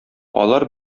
алар